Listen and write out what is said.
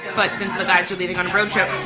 but since the guys are leaving on a road trip,